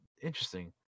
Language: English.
interesting